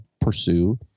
pursue